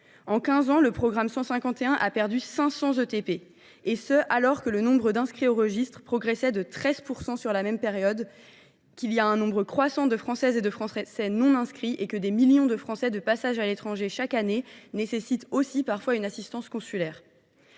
En quinze ans, le programme 151 a perdu 500 ETP, alors même que le nombre d’inscrits au registre progressait de 13 % sur la même période, qu’il y a un nombre croissant de Françaises et Français non inscrits et que chaque année des millions de Français de passage à l’étranger ont eux aussi besoin, parfois, d’une assistance consulaire.